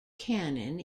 cannon